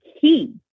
key